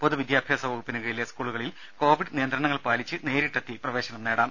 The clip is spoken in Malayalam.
പൊതുവിദ്യാഭ്യാസ വകുപ്പിന് കീഴിലെ സ്കൂളുകളിൽ കോവിഡ് നിയന്ത്രണങ്ങൾ പാലിച്ച് നേരിട്ടെത്തി പ്രവേശനം നേടാം